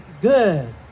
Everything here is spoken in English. good